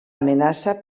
amenaça